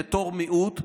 בתור מיעוט,